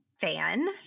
fan